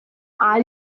are